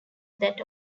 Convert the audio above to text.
that